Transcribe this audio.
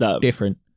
Different